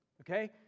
okay